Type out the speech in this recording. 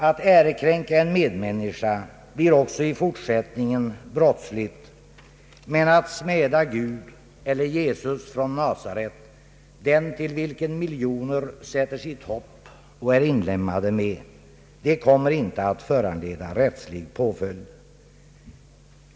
Att ärekränka en medmänniska blir också i fortsättningen brottsligt, men att smäda Gud eller Jesus från Nasaret, den till vilken miljoner sätter sitt hopp och är inlemmade med, kommer inte att föranleda rättslig påföljd.